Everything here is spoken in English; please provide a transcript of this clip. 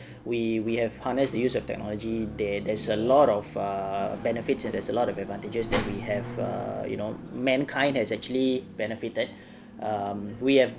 we we have harnessed the use of technology there there's a lot of err benefits and there's a lot of advantages that we have err you know mankind has actually benefited um we have